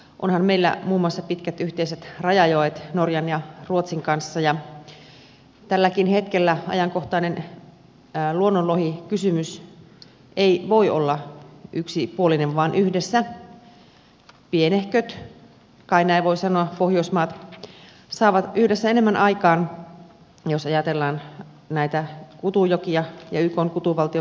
onhan meillä muun muassa pitkät yhteiset rajajoet norjan ja ruotsin kanssa ja tälläkin hetkellä ajankohtainen luonnonlohikysymys ei voi olla yksipuolinen vaan pienehköt kai näin voi sanoa pohjoismaat saavat yhdessä enemmän aikaan jos ajatellaan kutujokia ja ykn kutuvaltioperiaatetta